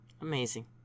Amazing